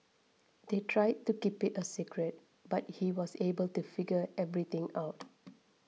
they tried to keep it a secret but he was able to figure everything out